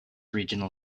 regional